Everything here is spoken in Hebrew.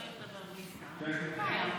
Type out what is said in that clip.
אם הם מוכנים לדבר בלי שר, אין שום בעיה.